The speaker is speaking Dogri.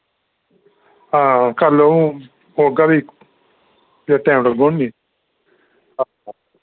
हां कल अ'ऊं औगा फ्ही जैल्लै टैम लगगा निं मी